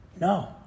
No